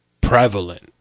prevalent